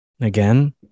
Again